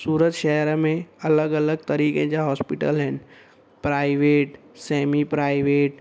सूरत शहर में अलॻि अलॻि तरीक़े जा हॉस्पिटल आहिनि प्राइवेट सेमी प्राइवेट